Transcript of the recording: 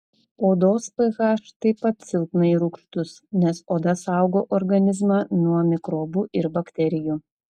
odos ph taip pat silpnai rūgštus nes oda saugo organizmą nuo mikrobų ir bakterijų